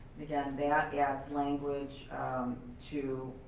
again that adds language to